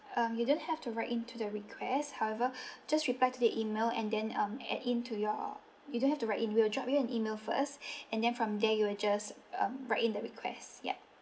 um you don't have to write in to the request however just reply to the email and then um add in to your you don't have to write in we will drop you an email first and then from there you'll just um write in the requests ya